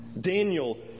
Daniel